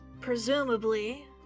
presumably